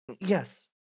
Yes